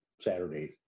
saturday